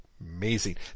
Amazing